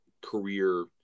career